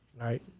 right